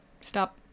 Stop